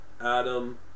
Adam